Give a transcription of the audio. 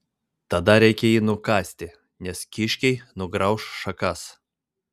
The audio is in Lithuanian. tada reikia jį nukasti nes kiškiai nugrauš šakas